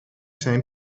zijn